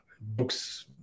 books